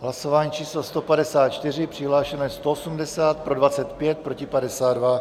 Hlasování číslo 154, přihlášeno 180, pro 25, proti 52.